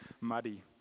muddy